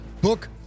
book